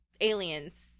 Aliens